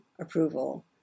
approval